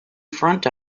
front